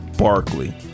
Barkley